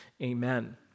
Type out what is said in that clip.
Amen